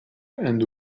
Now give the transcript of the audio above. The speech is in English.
and